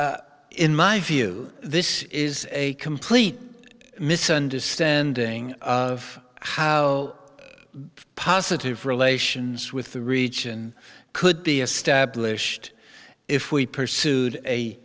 in my view this is a complete misunderstanding of how positive relations with the region could be established if we pursued a